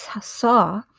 saw